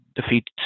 Defeat